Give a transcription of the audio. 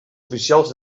oficials